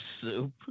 soup